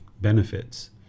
benefits